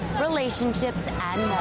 relationships and